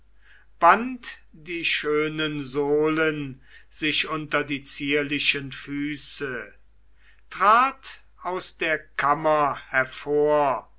band die schönen sohlen sich unter die zierlichen füße trat aus der kammer hervor